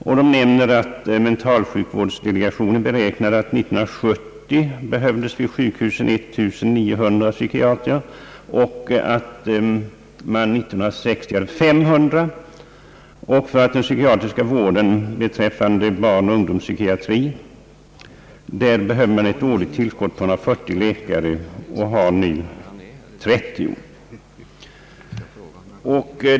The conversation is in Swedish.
Förbundet nämner också att mentalsjukvårdsdelegationen beräknar att det år 1970 skall behövas 1 900 psykiatrer och att det 1960 fanns 500. För barnoch ungdomspsykiatri kommer att behövas ett årligt tillskott av 140 specialister, och man har nu 30.